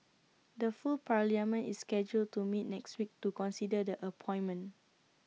the full parliament is scheduled to meet next week to consider the appointment